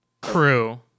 crew